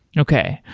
okay.